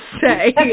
say